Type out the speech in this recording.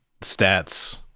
stats